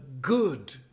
good